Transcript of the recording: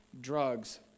drugs